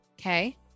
okay